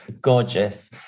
gorgeous